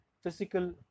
physical